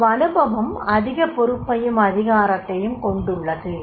அவ்வனுபவம் அதிக பொறுப்பையும் அதிகாரத்தையும் கொண்டுள்ளது